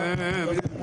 ההסכמות.